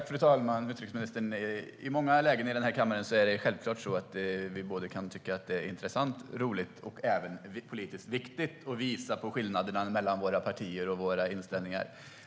Fru talman! I många lägen i den här kammaren kan vi självklart tycka att det är såväl intressant och roligt som politiskt viktigt att visa på skillnaderna mellan våra partier och våra inställningar.